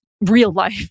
real-life